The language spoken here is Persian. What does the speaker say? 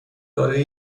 دارای